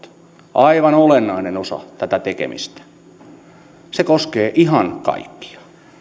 aivan olennainen osa tätä tekemistä se koskee ihan kaikkia